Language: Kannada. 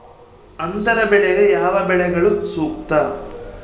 ಅಂತರ ಬೆಳೆಗೆ ಯಾವ ಬೆಳೆಗಳು ಸೂಕ್ತ?